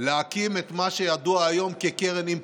להקים את מה שידוע כיום כקרן אימפקט.